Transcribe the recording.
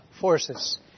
forces